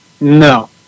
No